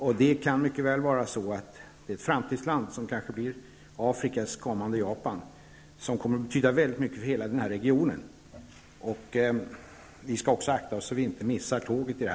Eritrea kan mycket väl vara ett framtidsland som kanske blir Afrikas kommande Japan och kommer att betyda mycket för hela regionen. Vi skall akta oss så att vi inte missar tåget.